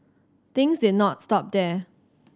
things did not stop there